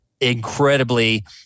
incredibly